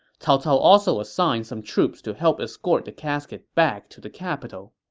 cao cao also assigned some troops to help escort the casket back to the capital